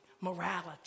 morality